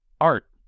Art